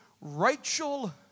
Rachel